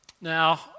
now